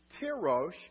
tirosh